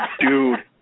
dude